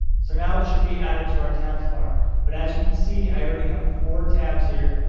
so now it should be added to our tabs bar but as you can see i already have four tabs here.